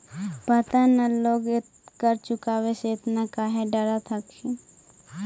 पता न लोग कर चुकावे से एतना काहे डरऽ हथिन